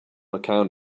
account